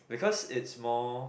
because it's more